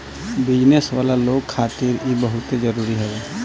business वाला लोग खातिर इ बहुते जरुरी हवे